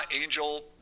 Angel